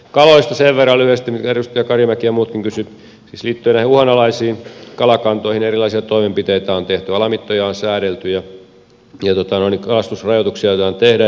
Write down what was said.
kaloista sen verran lyhyesti kun edustaja karimäki ja muutkin kysyivät liittyen uhanalaisiin kalakantoihin että erilaisia toimenpiteitä on tehty alamittoja on säädelty ja kalastusrajoituksia aiotaan tehdä